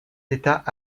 d’état